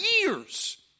years